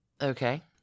Okay